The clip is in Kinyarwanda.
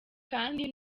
kandi